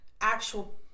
actual